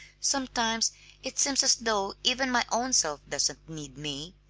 sometimes it seems as though even my own self doesn't need me.